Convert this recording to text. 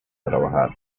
trabajar